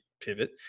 pivot